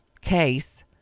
case